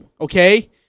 Okay